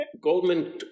goldman